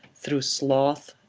through sloth,